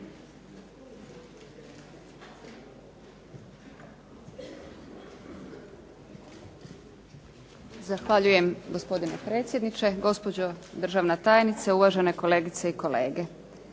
vam lijepa gospodine potpredsjedniče, gospođo državna tajnice, kolegice i kolege.